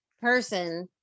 person